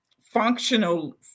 functional